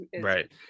right